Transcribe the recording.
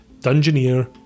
Dungeoneer